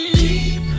deep